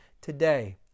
today